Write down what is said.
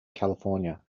california